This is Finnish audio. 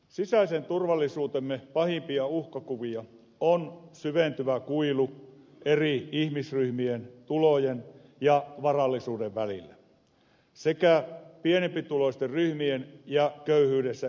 sisäisen turvallisuutemme pahimpia uhkakuvia ovat syventyvä kuilu eri ihmisryhmien tulojen ja varallisuuden välillä sekä pienempituloisten ryhmien ja köyhyydessä elävien syrjäytyminen